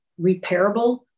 repairable